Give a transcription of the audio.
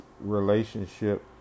relationship